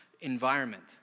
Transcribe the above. environment